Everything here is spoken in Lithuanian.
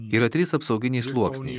yra trys apsauginiai sluoksniai